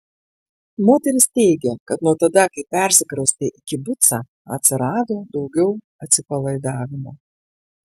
moteris teigė kad nuo tada kai persikraustė į kibucą atsirado daugiau atsipalaidavimo